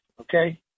Okay